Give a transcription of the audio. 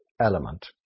element